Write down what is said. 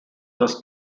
dass